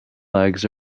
legs